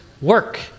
work